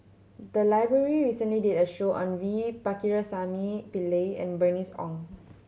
the library recently did a show on V Pakirisamy Pillai and Bernice Ong